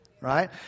Right